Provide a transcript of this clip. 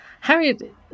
Harriet